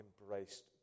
embraced